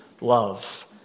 love